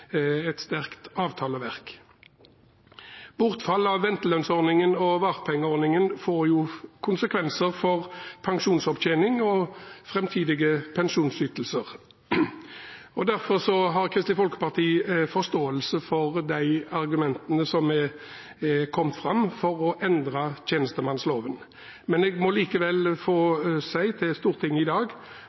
et sterkt avtaleverk. Bortfall av ventelønnsordningen og vartpengeordningen får konsekvenser for pensjonsopptjening og framtidige pensjonsytelser. Derfor har Kristelig Folkeparti forståelse for de argumentene som er kommet fram for å endre tjenestemannsloven. Jeg må likevel få si til Stortinget i dag